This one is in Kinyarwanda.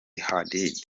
hadid